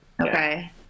Okay